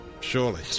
surely